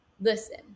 listen